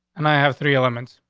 and i have three elements.